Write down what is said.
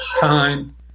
time